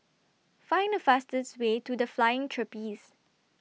Find The fastest Way to The Flying Trapeze